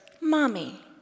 Mommy